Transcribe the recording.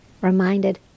reminded